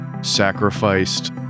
sacrificed